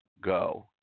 Go